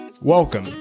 Welcome